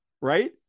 right